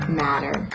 matter